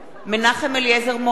מנחם אליעזר מוזס,